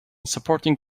supporting